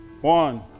One